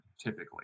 typically